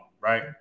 right